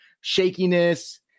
shakiness